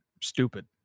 stupid